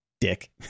dick